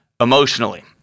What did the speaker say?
emotionally